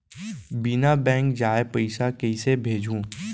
बिना बैंक जाए पइसा कइसे भेजहूँ?